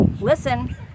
listen